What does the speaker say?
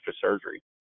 surgery